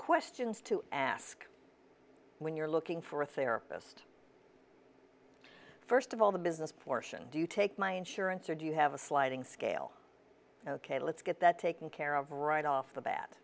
questions to ask when you're looking for a therapist first of all the business portion do you take my insurance or do you have a sliding scale ok let's get that taken care of right off the bat